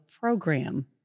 program